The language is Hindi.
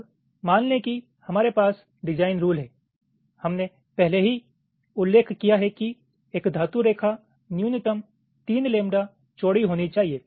अब मान लें कि हमारे पास डिज़ाइन रूल है हमने पहले ही उल्लेख किया है कि एक धातु रेखा न्यूनतम तीन लैम्बडा चौड़ी होनी चाहिए